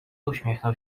uśmiechnął